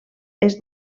est